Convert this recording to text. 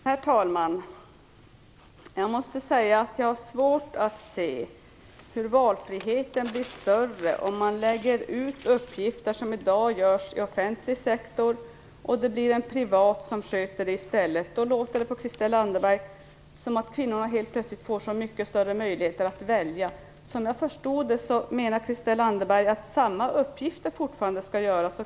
Herr talman! Jag måste säga att jag har svårt att se hur valfriheten kan bli större om man lägger ut uppgifter som i dag utförs inom den offentliga sektorn och dessa i stället sköts privat. Det låter på Christel Anderberg som att kvinnorna plötsligt får mycket större möjligheter att välja. Såvitt jag förstår menar Christel Anderberg att samma uppgifter fortfarande skall göras.